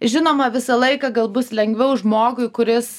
žinoma visą laiką gal bus lengviau žmogui kuris